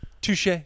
Touche